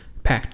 packed